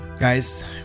Guys